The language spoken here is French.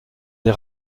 des